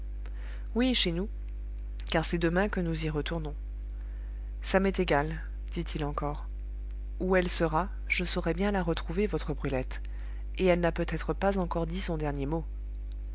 oui chez nous car c'est demain que nous y retournons ça m'est égal dit-il encore où elle sera je saurai bien la retrouver votre brulette et elle n'a peut-être pas encore dit son dernier mot